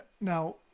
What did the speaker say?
Now